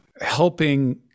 helping